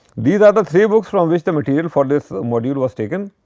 these are the three books from which the material for this module was taken.